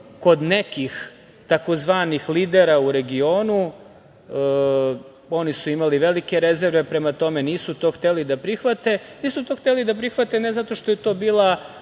kod nekih tzv. „lidera“ u regionu, oni su imali velike rezerve prema tome, nisu to hteli da prihvate. Nisu to hteli da prihvate ne zato što je to bila